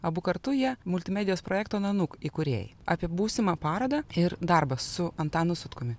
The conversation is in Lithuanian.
abu kartu jie multimedijos projekto nanook įkūrėjai apie būsimą parodą ir darbą su antanu sutkumi